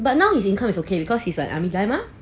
but now his income is okay because he's a army guy mah